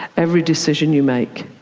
every decision you make.